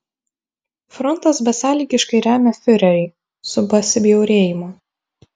frontas besąlygiškai remia fiurerį su pasibjaurėjimu